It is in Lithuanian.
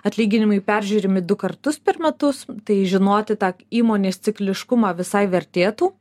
atlyginimai peržiūrimi du kartus per metus tai žinoti tą įmonės cikliškumą visai vertėtų